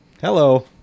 Hello